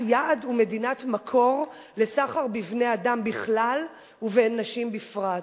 יעד ומדינת מקור לסחר בבני-אדם בכלל ובנשים בפרט,